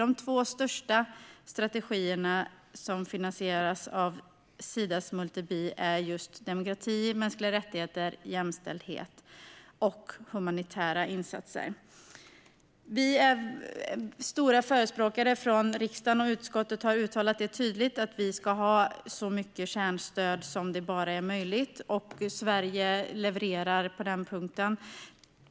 De största strategierna, som finansieras av Sidas multi-bi, gäller just demokrati, mänskliga rättigheter, jämställdhet och humanitära insatser. Vi är stora förespråkare i riksdagen, och utskottet har uttalat det tydligt, för att vi ska ha så mycket kärnstöd som det bara är möjligt. Och Sverige levererar på den punkten.